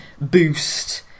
boost